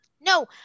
No